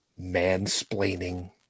mansplaining